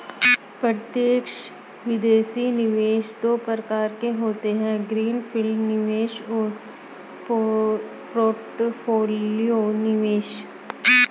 प्रत्यक्ष विदेशी निवेश दो प्रकार के होते है ग्रीन फील्ड निवेश और पोर्टफोलियो निवेश